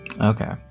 Okay